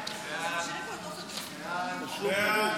סעיפים